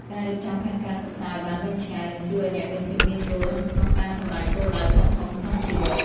ការរៀបចំផែនការសិក្សាឱ្យបានវែងឆ្ងាយនឹងជួយឱ្យអ្នកមានភាពងាយស្រួលក្នុងការសម្រេចគោលដៅធំៗក្នុងជីវិត។